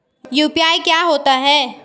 UPI क्या होता है?